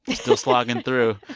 still slogging through.